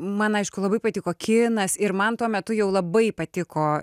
man aišku labai patiko kinas ir man tuo metu jau labai patiko